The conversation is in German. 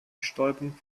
bestäubung